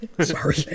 sorry